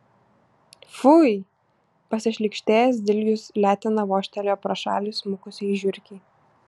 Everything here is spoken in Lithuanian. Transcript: fui pasišlykštėjęs dilgius letena vožtelėjo pro šalį smukusiai žiurkei